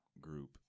group